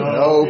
no